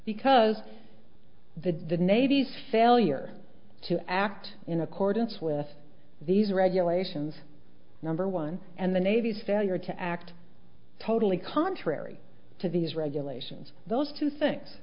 because the the navy's failure to act in accordance with these regulations number one and the navy's failure to act totally contrary to these regulations those two things